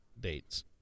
dates